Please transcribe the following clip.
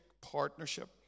partnership